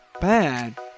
bad